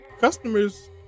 customers